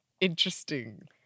Interesting